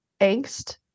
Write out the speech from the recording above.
angst